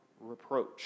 reproach